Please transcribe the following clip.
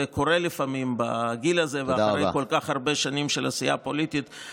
זה קורה לפעמים בגיל הזה ואחרי כל כך הרבה שנים של עשייה פוליטית,